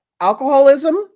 Alcoholism